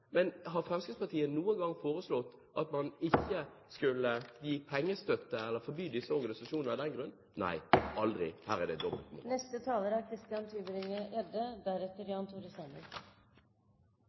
Men har Fremskrittspartiet noen gang foreslått at man ikke skal gi pengestøtte til eller forby disse organisasjonene av den grunn? Nei, aldri! Her er det